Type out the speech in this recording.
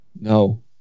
No